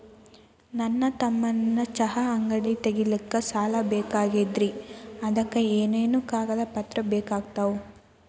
ನನ್ನ ತಮ್ಮಗ ಚಹಾ ಅಂಗಡಿ ತಗಿಲಿಕ್ಕೆ ಸಾಲ ಬೇಕಾಗೆದ್ರಿ ಅದಕ ಏನೇನು ಕಾಗದ ಪತ್ರ ಬೇಕಾಗ್ತವು?